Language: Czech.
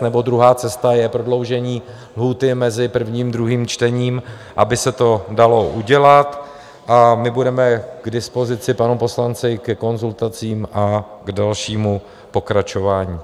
Nebo druhá cesta je prodloužení lhůty mezi prvním a druhým čtením, aby se to dalo udělat, a my budeme k dispozici panu poslanci ke konzultacím a k dalšímu pokračování.